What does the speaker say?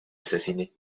assassiner